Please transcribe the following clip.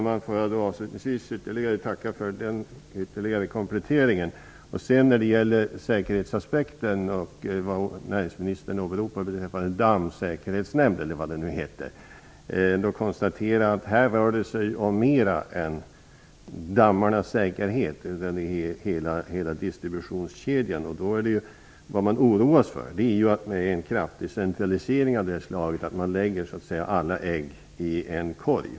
Fru talman! Jag vill avslutningsvis tacka för den ytterligare kompletteringen. När det gäller säkerhetsaspekten och vad näringsministern åberopade vad gäller Dammsäkerhetsnämnden, vill jag bara konstatera att det här gäller mera än dammarnas säkerhet. Det är fråga om hela distributionskedjan. Det som oroar är att man vid en kraftig centralisering av detta slag så att säga lägger alla ägg i en korg.